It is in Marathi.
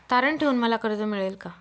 तारण ठेवून मला कर्ज मिळेल का?